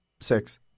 Six